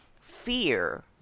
fear